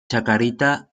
chacarita